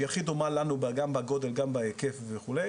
שהיא הכי דומה לנו בגודל ובהיקף וכו',